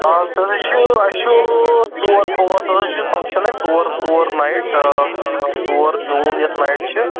آ سَر یہِ چھِ اَسہِ چھُ ژور پانٛژھ ہَسا چھِ یہِ فَنٛگشَن اَسہِ ژور ژور نایِٹ ژور جوٗن یۄس نایِٹ چھِ